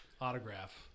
autograph